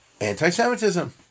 Anti-Semitism